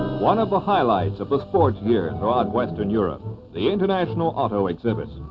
one of the highlights of the sports year throughout western europe the international auto exhibit.